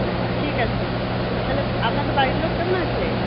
ও ঠিক আছে আর তাহলে আপনাদের বাড়ির লোক কেমন আছে